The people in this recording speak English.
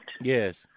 Yes